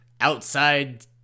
outside